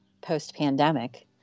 post-pandemic